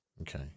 Okay